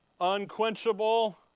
Unquenchable